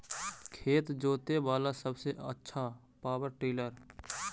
खेत जोते बाला सबसे आछा पॉवर टिलर?